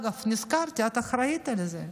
אגב, נזכרתי, את אחראית לזה.